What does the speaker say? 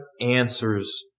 answers